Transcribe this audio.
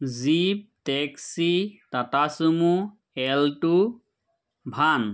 jeep taxi Tata Sumo এল টু ভান